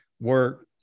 work